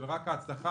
של רק הצלחה,